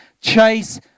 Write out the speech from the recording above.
chase